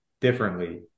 differently